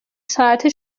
ساعته